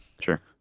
Sure